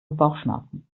bauchschmerzen